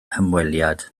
hymweliad